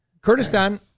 Kurdistan